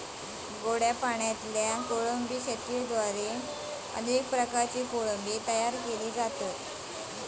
गोड्या पाणयातल्या कोळंबी शेतयेद्वारे अनेक प्रकारची कोळंबी तयार केली जाता